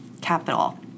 capital